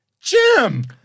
Jim